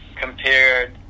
compared